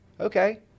Okay